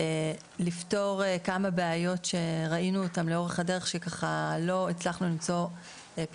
לפתור כמה בעיות שראינו לאורך הדרך שלא הצלחנו למצוא להן